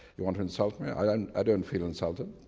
you want to insult me, i don't i don't feel insulted,